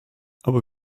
aber